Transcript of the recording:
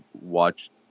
watch